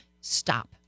Stop